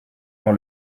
dans